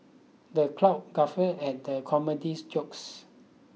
the crowd guffawed at the comedy's jokes